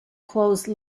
close